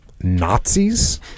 Nazis